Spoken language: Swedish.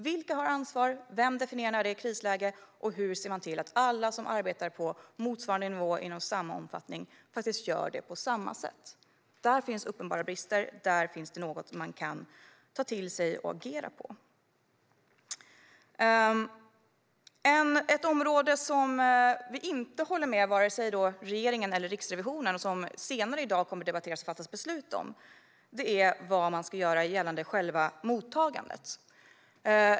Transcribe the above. Vilka har ansvar, vem definierar när det är krisläge och hur ser man till att alla som arbetar på motsvarande nivå inom samma omfattning faktiskt gör det på samma sätt? Där finns det uppenbara brister, och där finns det något som man kan ta till sig och agera på. Ett område som vi inte håller med vare sig regeringen eller Riksrevisionen om och som senare i dag kommer att debatteras och fattas beslut om är vad man ska göra gällande själva mottagandet.